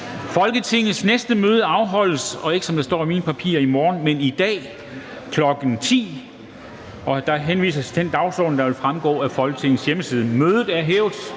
Folketingets næste møde afholdes i dag, torsdag den 3. juni 2021, kl. 10.00. Der henvises til den dagsorden, der vil fremgå af Folketingets hjemmeside. Mødet er hævet.